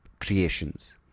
creations